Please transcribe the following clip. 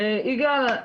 יגאל,